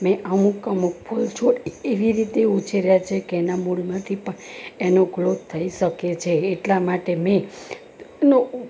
મેં અમુક અમુક ફૂલ છોડ એવી રીતે ઉછેર્યા છે કે એના મૂળમાંથી પણ એનો ગ્રોથ થઈ શકે છે એટલા માટે મેં નો ઉપ